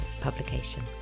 publication